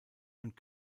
und